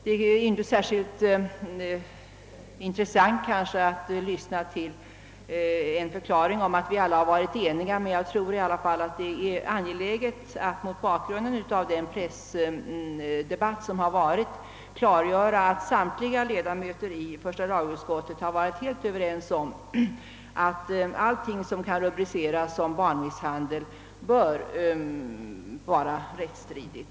Det är kanske inte särskilt intressant att lyssna till en förklaring att vi alla har varit eniga, men jag tror ändå att det mot bakgrunden av den pressdebatt som förts är angeläget att klargöra att samtliga ledamöter i första lagutskottet har varit överens om att allting som kan rubriceras som barnmisshandel skall anses rättsstridigt.